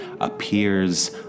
appears